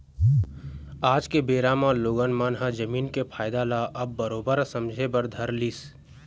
आज के बेरा म लोगन मन ह जमीन के फायदा ल अब बरोबर समझे बर धर लिस